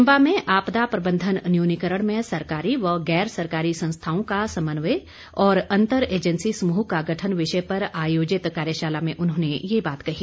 चंबा में आपदा प्रबन्धन न्यूनीकरण में सरकारी व गैर सरकारी संस्थाओं का समन्वय व अन्तर एजेंसी समूह का गठन विषय पर आयोजित कार्यशाला में उन्होंने ये बात कही